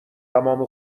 تمام